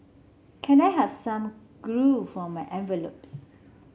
can I have some glue for my envelopes